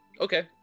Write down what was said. Okay